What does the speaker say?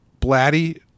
Blatty